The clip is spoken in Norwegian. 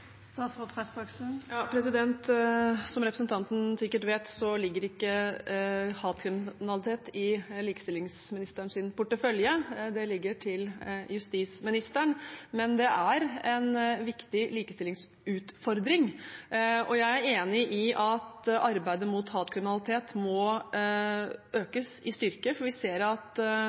Som representanten sikkert vet, ligger ikke hatkriminalitet i likestillingsministerens portefølje. Det ligger til justisministeren. Men det er en viktig likestillingsutfordring. Jeg er enig i at arbeidet mot hatkriminalitet må økes i styrke, for vi ser at